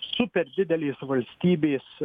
super didelės valstybės